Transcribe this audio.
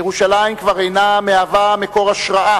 ירושלים כבר אינה מקור השראה